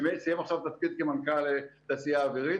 סיים עכשיו תפקיד כמנכ"ל התעשייה האווירית.